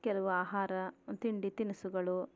ಕೆಲವು ಆಹಾರ ತಿಂಡಿ ತಿನಿಸುಗಳು